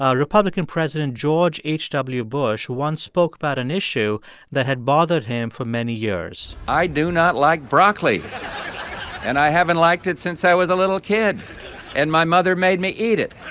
ah republican president george h. w. bush once spoke about an issue that had bothered him for many years i do not like broccoli and i haven't liked it since i was a little kid and my mother made me eat it.